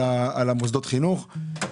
על מוסדות החינוך?